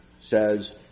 says